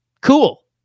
cool